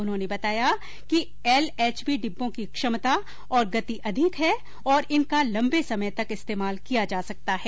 उन्होंने बताया कि एलएचबी डिब्बों की क्षमता और गति अधिक है और इनका लंबे समय तक इस्तेमाल किया जा सकता है